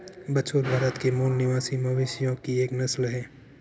बछौर भारत के मूल निवासी मवेशियों की एक नस्ल है